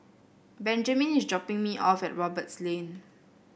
Benjamine is dropping me off at Roberts Lane